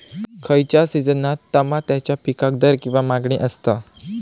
खयच्या सिजनात तमात्याच्या पीकाक दर किंवा मागणी आसता?